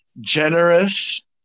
generous